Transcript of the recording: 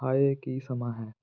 ਹਾਏ ਕੀ ਸਮਾਂ ਹੈ